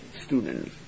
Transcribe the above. students